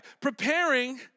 Preparing